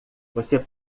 você